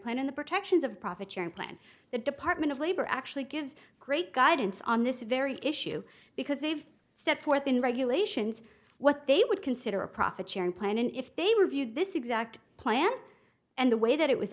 plan in the protections of profit sharing plan the department of labor actually gives great guidance on this very issue because they've set forth in regulations what they would consider a profit sharing plan and if they reviewed this exact plan and the way that it was